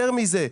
יותר מזה,